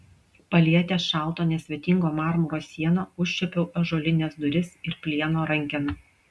palietęs šalto nesvetingo marmuro sieną užčiuopiau ąžuolines duris ir plieno rankeną